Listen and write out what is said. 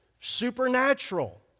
supernatural